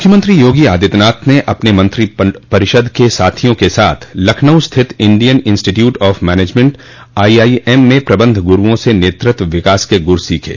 मुख्यमंत्री योगी आदित्यनाथ ने अपने मंत्रिपरिषद के साथियों के साथ लखनऊ स्थित Indian institute of management IIM में प्रबंधन गुरूओं से नेतृत्व विकास के गूर सीखे